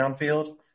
downfield